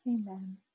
Amen